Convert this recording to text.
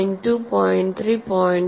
6 0